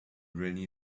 rainy